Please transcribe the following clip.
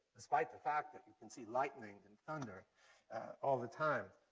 despite the fact that you can see lightning and thunder all the time.